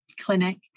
clinic